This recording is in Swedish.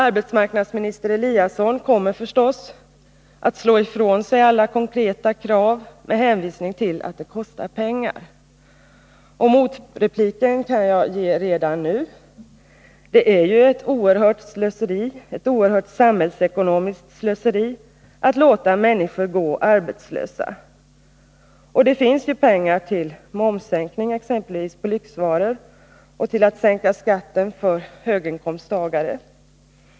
Arbetsmarknadsminister Eliasson kommer förstås att slå ifrån sig alla konkreta krav med hänvisning till att de kostar pengar. Motrepliken kan jag ge redan nu: Det är ett oerhört samhällsekonomiskt slöseri att låta människor gå arbetslösa. Och det finns ju pengar till exempelvis momssänkning på lyxvaror och till att sänka skatten för höginkomsttagare.